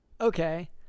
Okay